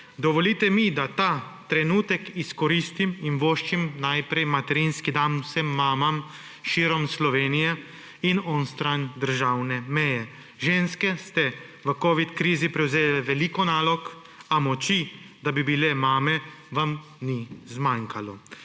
Dovolite mi, da ta trenutek izkoristim in voščim najprej materinski dan vsem mamam širom Slovenije in onstran državne meje. Ženske ste v covid krizi prevzele veliko nalog, a moči, da bi bile mame, vam ni zmanjkalo.